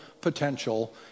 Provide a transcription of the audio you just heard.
potential